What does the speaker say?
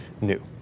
new